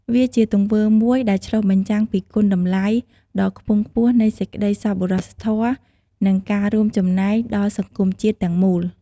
វាជាទង្វើមួយដែលឆ្លុះបញ្ចាំងពីគុណតម្លៃដ៏ខ្ពង់ខ្ពស់នៃសេចក្តីសប្បុរសធម៌ និងការរួមចំណែកដល់សង្គមជាតិទាំងមូល។